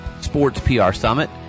sportsprsummit